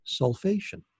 sulfation